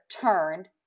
turned